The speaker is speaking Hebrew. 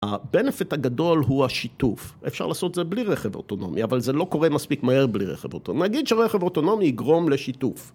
הבנפיט הגדול הוא השיתוף, אפשר לעשות זה בלי רכב אוטונומי אבל זה לא קורה מספיק מהר בלי רכב אוטונומי, נגיד שרכב אוטונומי יגרום לשיתוף